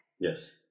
Yes